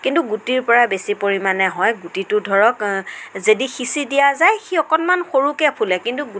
কিন্তু গুটিৰ পৰা বেছি পৰিমাণে হয় গুটিটো ধৰক যদি সিঁচি দিয়া যায় সি অকণমান সৰুকৈ ফুলে কিন্তু